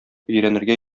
өйрәнергә